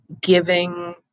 giving